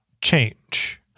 change